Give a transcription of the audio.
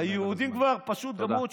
היהודים כבר פשוט גמרו, תודה.